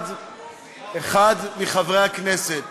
אחד מחברי הכנסת